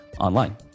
online